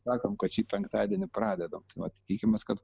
sakom kad šį penktadienį pradedam tai vat tikimės kad